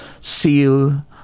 seal